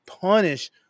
punish